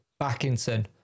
Backinson